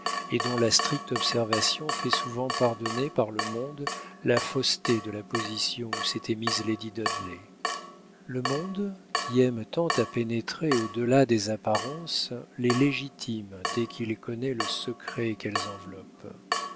et dont la stricte observation fait souvent pardonner par le monde la fausseté de la position où s'était mise lady dudley le monde qui aime tant à pénétrer au delà des apparences les légitime dès qu'il connaît le secret qu'elles enveloppent